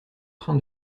train